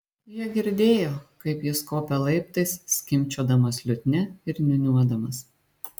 jie girdėjo kaip jis kopia laiptais skimbčiodamas liutnia ir niūniuodamas